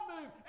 move